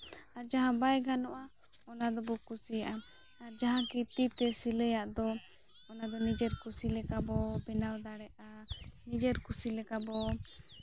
ᱟᱨ ᱡᱟᱦᱟᱸ ᱵᱟᱭ ᱜᱟᱱᱚᱜᱼᱟ ᱚᱱᱟ ᱫᱚᱵᱚ ᱠᱩᱥᱤᱭᱟᱜᱼᱟ ᱟᱨ ᱡᱟᱦᱟᱸ ᱠᱤ ᱛᱤᱛᱮ ᱥᱤᱞᱟᱹᱭᱟᱜ ᱫᱚ ᱚᱱᱟ ᱫᱚ ᱱᱤᱡᱮᱨ ᱠᱩᱥᱤ ᱞᱮᱠᱟ ᱵᱚ ᱵᱮᱱᱟᱣ ᱫᱟᱲᱮᱭᱟᱜᱼᱟ ᱟᱨ ᱱᱤᱡᱮᱨ ᱠᱩᱥᱤ ᱞᱮᱠᱟ ᱵᱚ